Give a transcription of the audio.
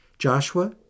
Joshua